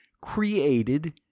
created